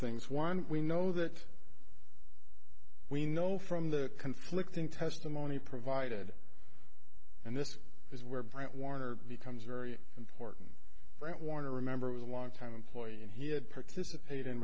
things one we know that we know from the conflicting testimony provided and this is where bryant warner becomes very important right warner remember was a long time employee and he had participated in